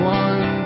one